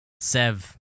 Sev